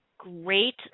Great